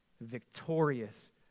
victorious